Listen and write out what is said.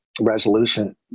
resolution